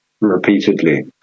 repeatedly